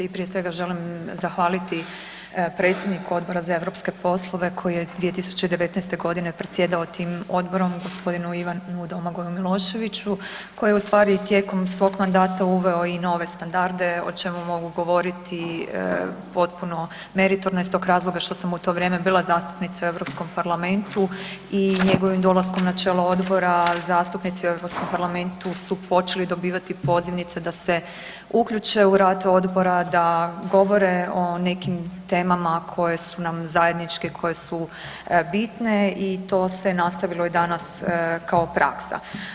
Prije svega, želim zahvaliti predsjedniku Odbora za europske poslove koji je 2019. g. predsjedao tim Odborom, g. Ivanu Domagoju Miloševiću koji je ustvari tijekom svog mandata uveo i nove standarde, o čemu mogu govoriti potpuno meritorno iz tog razloga što sam u to vrijeme bila zastupnica u EU parlamentu i njegovim dolaskom na čelo Odbora, zastupnici u EU parlamentu su počeli dobivati pozivnice da se uključe u rad Odbora, da govore o nekim temama koje su nam zajedničke, koje su bitne i to se nastavilo i danas kao praksa.